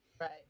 Right